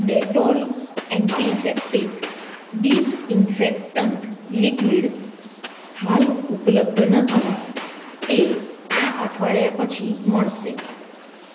Dettol antiseptic disinfectant liquid હાલ ઉપલબ્ધ નથી તે આ અઠવાડીયા પછી મળશે